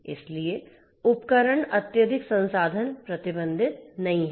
इसलिए उपकरण अत्यधिक संसाधन प्रतिबंधित नहीं हैं